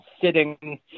sitting